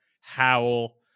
Howell